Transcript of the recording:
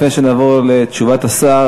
לפני שנעבור לתשובת השר,